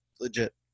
legit